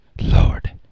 lord